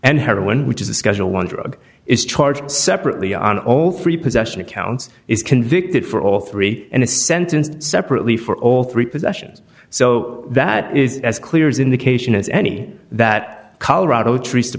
and heroin which is a schedule one drug is charged separately on all three possession accounts is convicted for all three and a sentence separately for all three possessions so that is as clear as indication as any that colorado triest